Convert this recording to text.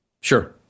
Sure